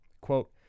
quote